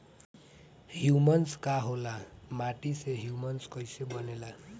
Humus का होला माटी मे ह्यूमस कइसे बनेला?